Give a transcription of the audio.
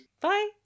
Bye